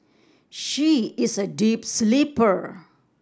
she is a deep sleeper